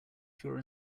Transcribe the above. pure